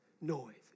noise